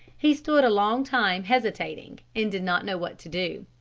he stood a long time hesitating and did not know what to do.